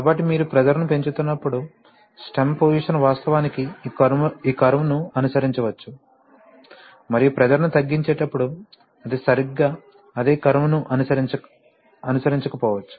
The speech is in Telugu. కాబట్టి మీరు ప్రెషర్ ని పెంచుతున్నప్పుడు స్టెమ్ పోసిషన్ వాస్తవానికి ఈ కర్వ్ ను అనుసరించవచ్చు మరియు ప్రెషర్ ని తగ్గించేటప్పుడు అది సరిగ్గా అదే కర్వ్ ను అనుసరించకపోవచ్చు